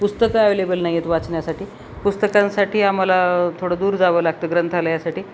पुस्तकं ॲवेलेबल नाही आहेत वाचण्यासाठी पुस्तकांसाठी आम्हाला थोडं दूर जावं लागतं ग्रंथालयासाठी